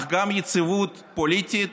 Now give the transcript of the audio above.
אך גם יציבות פוליטית